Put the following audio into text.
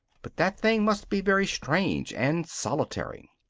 but that thing must be very strange and solitary.